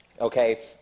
okay